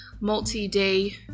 multi-day